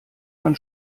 man